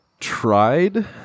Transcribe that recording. Tried